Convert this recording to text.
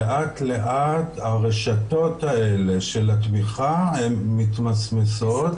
לאט לאט הרשתות האלה של התמיכה הן מתמסמסות